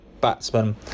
batsman